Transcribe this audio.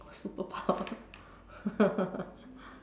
superpower